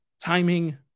timing